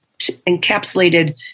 encapsulated